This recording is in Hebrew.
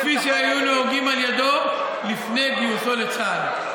כפי שהיו נהוגים על ידו לפני גיוסו לצה"ל.